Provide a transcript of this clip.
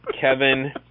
Kevin